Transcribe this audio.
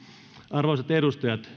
arvoisat edustajat